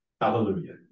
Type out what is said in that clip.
Hallelujah